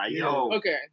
Okay